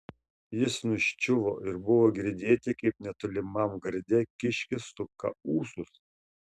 jis nuščiuvo ir buvo girdėti kaip netolimam garde kiškis suka ūsus